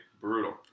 brutal